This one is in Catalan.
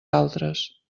altres